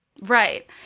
Right